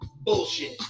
Bullshit